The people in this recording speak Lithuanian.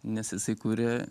nes jisai kuria